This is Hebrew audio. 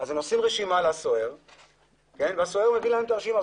הם עושים רשימה לסוהר והסוהר מביא להם את הרשימה.